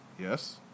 Yes